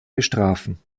bestrafen